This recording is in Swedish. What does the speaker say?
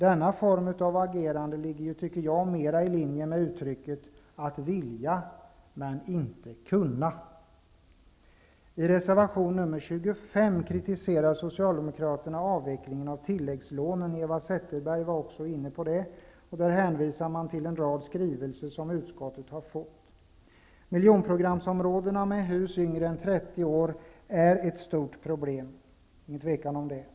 Denna form av agerande ligger, tycker jag, mera i linje med uttrycket att vilja men inte kunna. I reservation nr 25 kritiserar Socialdemokraterna avvecklingen av tilläggslånen. Eva Zetterberg var också inne på den frågan. Man hänvisar till en rad skrivelser som kommit in till utskottet. Miljonprogramsområdena med hus yngre än 30 år är ett stort problem. Därom råder inget tvivel.